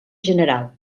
general